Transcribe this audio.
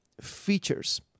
features